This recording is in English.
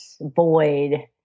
void